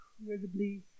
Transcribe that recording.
incredibly